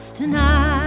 tonight